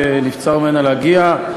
שנבצר ממנה להגיע.